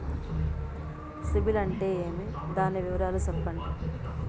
సిబిల్ అంటే ఏమి? దాని వివరాలు సెప్పండి?